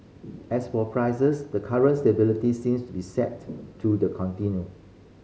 as for prices the current stability seems to be set to the continue